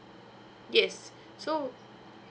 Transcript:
yes so